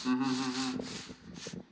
mmhmm hmm hmm